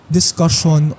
discussion